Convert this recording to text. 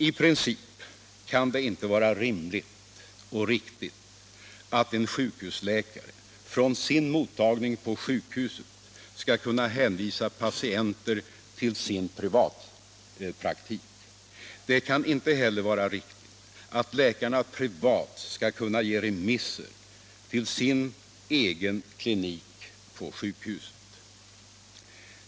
I princip kan det inte vara rimligt och riktigt att en sjukhusläkare från sin mottagning på sjukhuset skall kunna hänvisa patienter till sin privatpraktik. Det kan inte heller vara riktigt att läkarna privat skall kunna ge remisser till sin egen klinik på sjukhuset.